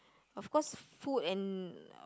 of course food and